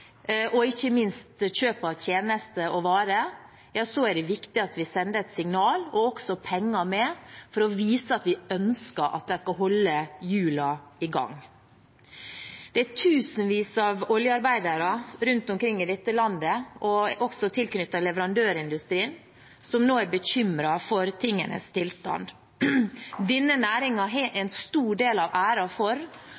og ikke minst på kjøp av tjenester og varer, da er det viktig at vi sender et signal og også sender penger med, for å vise at vi ønsker at de skal holde hjulene i gang. Det er tusenvis av oljearbeidere rundt omkring i dette landet, også tilknyttet leverandørindustrien, som nå er bekymret for tingenes tilstand. Denne næringen har